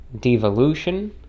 Devolution